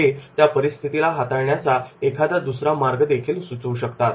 ते त्या परिस्थितीला हाताळण्याचा एखादा दुसरा मार्ग देखील सुचवू शकतात